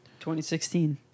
2016